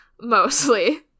mostly